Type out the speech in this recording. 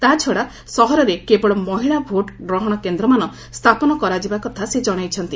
ତାହାଛଡ଼ା ସହରରେ କେବଳ ମହିଳା ଭୋଟ୍ ଗ୍ରହଣ କେନ୍ଦ୍ରମାନ ସ୍ଥାପନ କରାଯିବା କଥା ସେ ଜଣାଇଛନ୍ତି